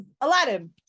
aladdin